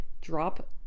drop